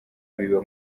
biba